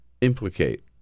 implicate